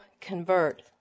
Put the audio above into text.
convert